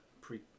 pre